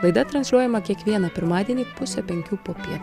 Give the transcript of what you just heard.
laida transliuojama kiekvieną pirmadienį pusę penkių popiet